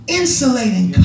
insulating